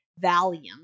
Valium